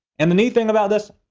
and the neat thing about this,